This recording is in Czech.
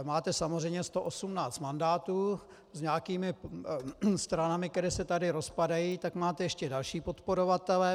Máte samozřejmě 118 mandátů s nějakými stranami, které se tady rozpadají, tak máte ještě další podporovatele.